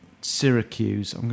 Syracuse